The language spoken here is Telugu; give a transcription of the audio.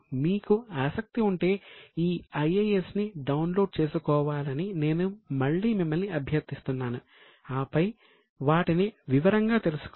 మీకు ఆసక్తి ఉంటే ఈ IAS ని డౌన్లోడ్ చేసుకోవాలని నేను మళ్ళీ మిమ్మల్ని అభ్యర్థిస్తున్నాను ఆపై వాటిని వివరంగా తెలుసుకోండి